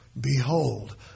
Behold